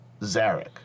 Zarek